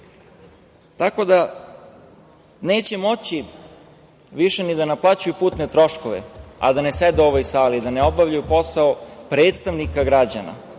gluposti. Neće moći više ni da naplaćuju putne troškove, a da ne sede u ovoj sali, da ne obavljaju posao predstavnika građana,